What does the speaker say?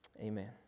Amen